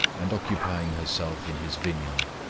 and occupying herself in his vineyard,